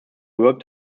worked